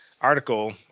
article